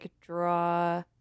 draw